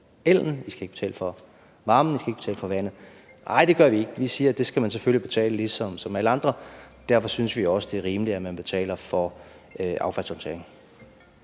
I skal ikke betale for ellen, I skal ikke betale for varmen, I skal ikke betale for vandet. Nej, det gør vi ikke – vi siger: Det skal man selvfølgelig betale for ligesom alle andre. Derfor synes vi også, det er rimeligt, at man betaler for affaldshåndtering.